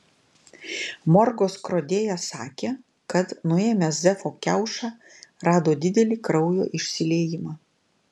morgo skrodėjas sakė kad nuėmęs zefo kiaušą rado didelį kraujo išsiliejimą